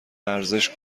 ارزش